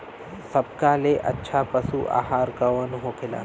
सबका ले अच्छा पशु आहार कवन होखेला?